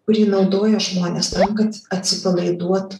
kurį naudoja žmonės tam kad atsipalaiduot